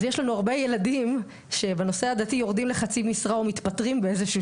אז יש לנו הרבה ילדים שבנושא הדתי יורדים לחצי משרה או מתפטרים באיזה שהוא